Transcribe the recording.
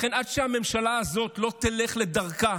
לכן, עד שהממשלה הזאת לא תלך לדרכה